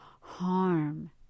harm